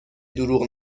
دروغ